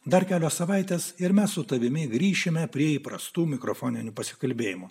dar kelios savaitės ir mes su tavimi grįšime prie įprastų mikrofoninių pasikalbėjimų